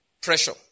pressure